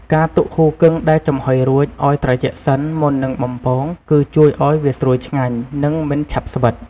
ការទុកហ៊ូគឹងដែលចំហុយរួចឱ្យត្រជាក់សិនមុននឹងបំពង គឺជួយឱ្យវាស្រួយឆ្ងាញ់ និងមិនឆាប់ស្វិត។